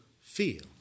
feel